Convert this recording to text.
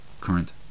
current